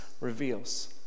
reveals